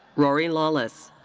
rory lawless.